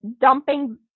dumping